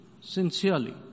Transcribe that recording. sincerely